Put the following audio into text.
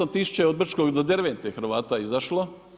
138 tisuća je od Brčkog do Dervente Hrvata izašlo.